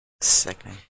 Sickening